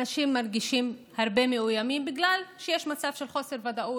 אנשים מרגישים מאוד מאוימים בגלל שיש מצב של חוסר ודאות,